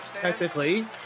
Technically